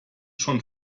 schon